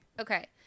Okay